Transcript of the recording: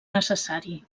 necessari